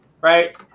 right